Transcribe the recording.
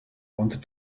wanted